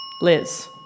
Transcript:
Liz